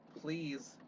please